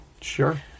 sure